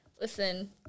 Listen